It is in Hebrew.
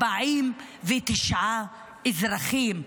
49 אזרחים,